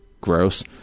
gross